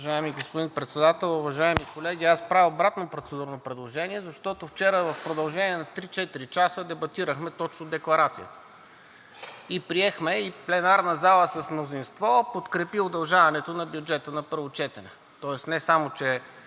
Уважаеми господин Председател! Уважаеми колеги, правя обратно процедурно предложение, защото вчера в продължение на три-четири часа дебатирахме точно Декларацията и пленарната зала прие с мнозинство да подкрепи удължаването на бюджета на първо четене. Тоест не само че